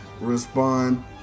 respond